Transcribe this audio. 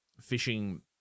fishing